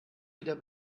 wieder